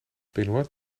benoît